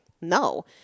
No